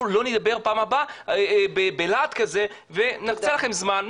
לא נדבר בפעם הבאה בלהט כזה ונקצה לכם זמן.